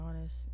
honest